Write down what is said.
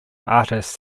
artists